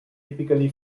typically